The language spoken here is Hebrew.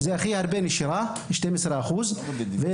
זו הנשירה הכי גדולה והיא 12% ובשלבים